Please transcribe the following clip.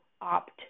opt